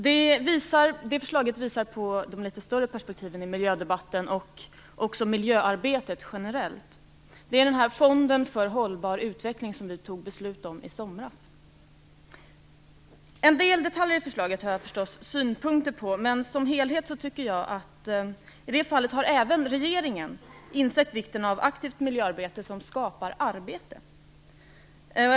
Det förslaget visar på de litet större perspektiven i miljödebatten och också miljöarbetet generellt. Det gäller fonden för hållbar utveckling, som vi fattade beslut om i somras. En del detaljer i förslaget har jag förstås synpunkter på, men som helhet tycker jag att regeringen har insett vikten av aktivt miljöarbete som skapar arbeten i detta fall.